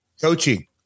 coaching